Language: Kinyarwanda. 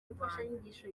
imfashanyigisho